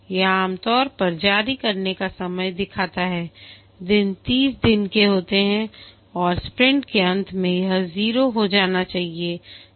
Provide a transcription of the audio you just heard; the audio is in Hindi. यह आमतौर पर जारी करने का समय दिखाता है दिन 30 दिन के होते हैं और स्प्रिंट के अंत में यह 0 हो जाना चाहिए